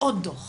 ועוד דו"ח